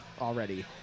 already